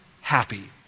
happy